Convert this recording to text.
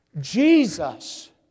Jesus